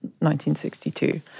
1962